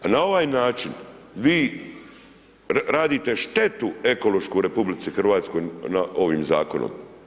Na ovaj način vi radite štetu ekološku u RH ovim zakonom.